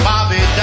Bobby